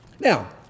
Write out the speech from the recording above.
Now